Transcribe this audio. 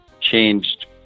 changed